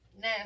Now